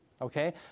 Okay